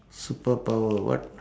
superpower what